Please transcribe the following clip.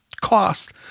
cost